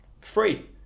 free